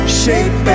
shape